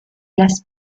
las